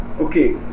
okay